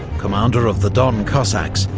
commander of the don cossacks,